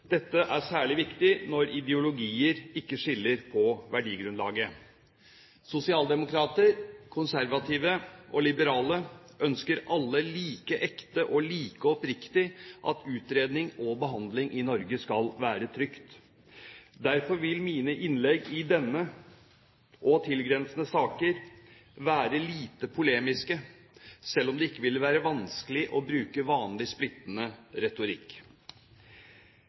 Dette er særlig viktig når ideologier ikke skiller på verdigrunnlaget. Sosialdemokrater, konservative og liberale ønsker alle like ekte og like oppriktig at utredning og behandling i Norge skal være trygt. Derfor vil mine innlegg i denne og tilgrensende saker være lite polemiske, selv om det ikke ville være vanskelig å bruke vanlig splittende retorikk.